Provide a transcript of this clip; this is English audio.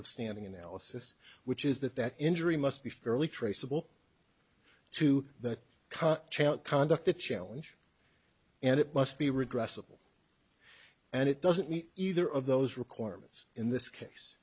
of standing analysis which is that that injury must be fairly traceable to that chant conduct a challenge and it must be regressive and it doesn't meet either of those requirements in this case